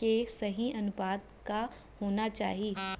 के सही अनुपात का होना चाही?